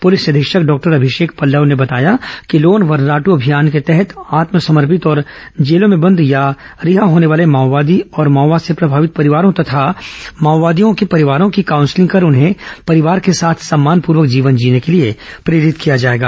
police अधीक्षक doctor Abhishek Pallav ने बताया कि लोन वर्राट् अभियान के तहत आत्मसमर्पित और जेलों में बंद अथवा रिहा होने वाले माओवादी और माओवाद से प्रभावित परिवारों तथा माओवादियों के परिवारों की काउंसिलिंग कर उन्हें परिवार के साथ सम्मानपूर्वक जीवन जीने के लिए प्रेरित किया जाएगा